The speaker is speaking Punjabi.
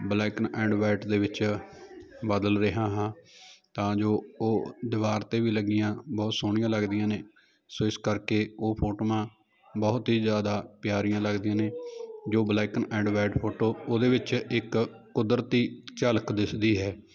ਬਲੈਕ ਐਂਡ ਵਾਈਟ ਦੇ ਵਿੱਚ ਬਦਲ ਰਿਹਾ ਹਾਂ ਤਾਂ ਜੋ ਉਹ ਦੀਵਾਰ 'ਤੇ ਵੀ ਲੱਗੀਆਂ ਬਹੁਤ ਸੋਹਣੀਆਂ ਲੱਗਦੀਆਂ ਨੇ ਸੋ ਇਸ ਕਰਕੇ ਉਹ ਫੋਟੋਆਂ ਬਹੁਤ ਹੀ ਜ਼ਿਆਦਾ ਪਿਆਰੀਆਂ ਲੱਗਦੀਆਂ ਨੇ ਜੋ ਬਲੈਕ ਐਂਡ ਵੈਟ ਫੋਟੋ ਉਹਦੇ ਵਿੱਚ ਇੱਕ ਕੁਦਰਤੀ ਝਲਕ ਦਿਸਦੀ ਹੈ